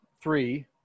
three